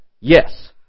yes